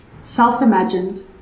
self-imagined